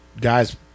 guys